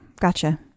Gotcha